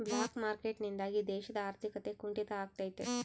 block market ನಿಂದಾಗಿ ದೇಶದ ಆರ್ಥಿಕತೆ ಕುಂಟಿತ ಆಗ್ತೈತೆ